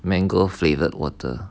mango flavoured water